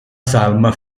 salma